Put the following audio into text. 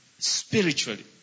spiritually